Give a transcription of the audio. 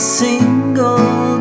single